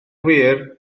wir